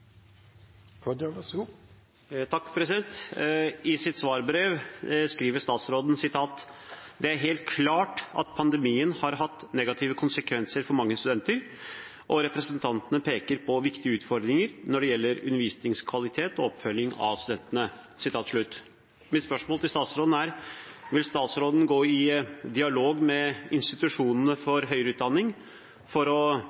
helt klart at pandemien har hatt negative konsekvenser for mange studenter, og representantene peker på viktige utfordringer når det gjelder undervisningskvalitet og oppfølging av studentene.» Mitt spørsmål til statsråden er: Vil statsråden gå i dialog med institusjonene for høyere utdanning for å